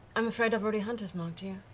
i'm afraid i've already hunter's marked you.